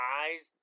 eyes